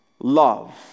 love